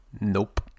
nope